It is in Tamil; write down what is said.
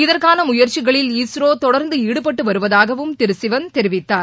இதற்கான முயற்சிகளில் இஸ்ரோ தொடர்ந்து ஈடுபட்டு வருவதாகவும் திரு சிவன் தெரிவித்தார்